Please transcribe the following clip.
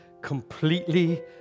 completely